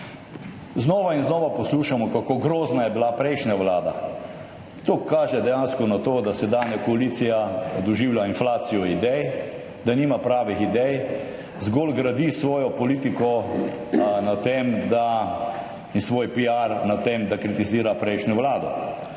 Znova in znova poslušamo, kako grozna je bila prejšnja vlada. To kaže dejansko na to, da sedanja koalicija doživlja inflacijo idej, da nima pravih idej, zgolj gradi svojo politiko in svoj piar na tem, da kritizira prejšnjo vlado.